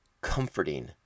comforting